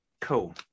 Cool